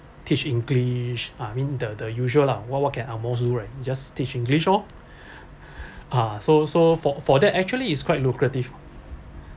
teach english I mean the the usual lah what what can ang moh do right just teach english lor ah so so for for that actually is quite lucrative